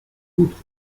outre